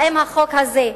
האם החוק הזה,